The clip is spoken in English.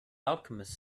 alchemist